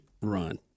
Run